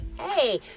hey